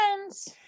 friends